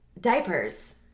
diapers